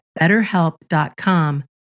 betterhelp.com